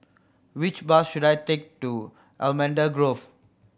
which bus should I take to Allamanda Grove